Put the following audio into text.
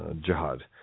jihad